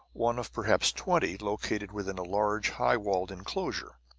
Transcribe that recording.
one of perhaps twenty located within a large, high-walled inclosure.